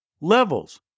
levels